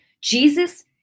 Jesus